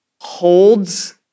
holds